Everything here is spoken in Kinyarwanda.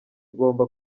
ugomba